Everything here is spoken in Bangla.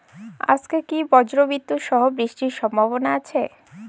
আজকে কি ব্রর্জবিদুৎ সহ বৃষ্টির সম্ভাবনা আছে?